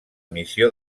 missió